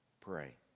pray